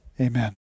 amen